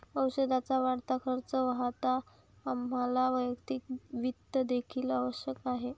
औषधाचा वाढता खर्च पाहता आम्हाला वैयक्तिक वित्त देखील आवश्यक आहे